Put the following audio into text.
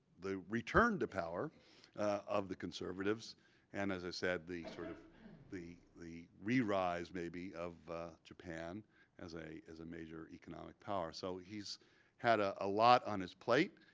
the returned to power of the conservatives and, as i said, the sort of the re-rise maybe of japan as a as a major economic power. so he's had ah a lot on his plate.